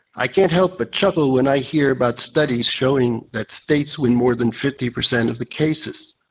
i can't help but chuckle when i hear about studies showing that states win more than fifty percent of the cases.